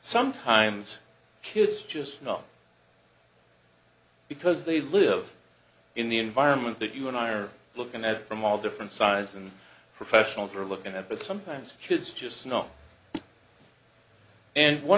sometimes kids just know because they live in the environment that you and i are looking at it from all different sizes and professionals are looking at but sometimes kids just not and one